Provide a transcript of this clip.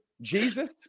Jesus